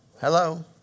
Hello